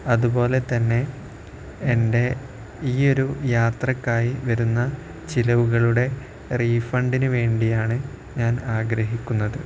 അതുപോലെ തന്നെ എൻ്റെ ഈയൊരു യാത്രയ്ക്കായി വരുന്ന ചെലവുകളുടെ റീഫണ്ടിന് വേണ്ടിയാണ് ഞാനാഗ്രഹിക്കുന്നത്